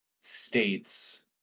states